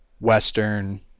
Western